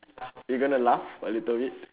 you're going to laugh a little bit